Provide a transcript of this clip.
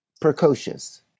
precocious